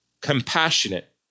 compassionate